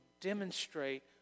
demonstrate